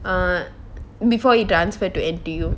err before he transferred to N_T_U